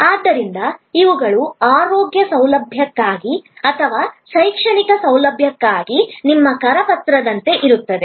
ಆದ್ದರಿಂದ ಇವುಗಳು ಆರೋಗ್ಯ ಸೌಲಭ್ಯಕ್ಕಾಗಿ ಅಥವಾ ಶೈಕ್ಷಣಿಕ ಸೌಲಭ್ಯಕ್ಕಾಗಿ ನಿಮ್ಮ ಕರಪತ್ರದಂತೆ ಇರುತ್ತದೆ